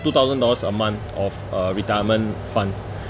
two thousand dollars a month of uh retirement funds